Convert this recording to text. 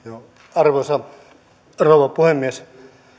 arvoisa rouva puhemies